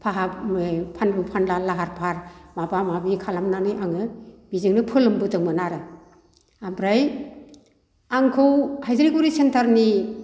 फानलु फानला लाहार फाहार माबा माबि खालामनानै आङो बिजोंनो फोलोमबोदोंमोन आरो ओमफ्राय आंखौ हाइज्राइगुरि सेन्टारनि